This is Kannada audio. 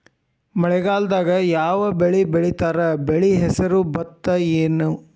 ಮಳೆಗಾಲದಾಗ್ ಯಾವ್ ಬೆಳಿ ಬೆಳಿತಾರ, ಬೆಳಿ ಹೆಸರು ಭತ್ತ ಏನ್?